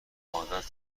عادت